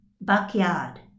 Backyard